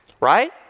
right